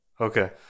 Okay